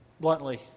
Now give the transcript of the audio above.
bluntly